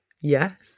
Yes